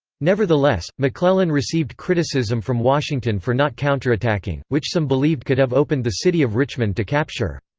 nevertheless, mcclellan received criticism from washington for not counterattacking, which some believed could have opened the city of richmond to capture.